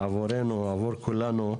עבור כולנו,